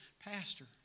pastor